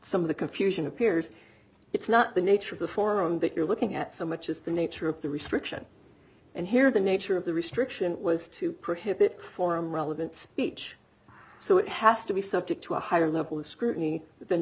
some of the confusion appears it's not the nature of the forum that you're looking at so much as the nature of the restriction and here the nature of the restriction was to prohibit forum relevant speech so it has to be subject to a higher level of scrutiny than